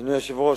אדוני היושב-ראש,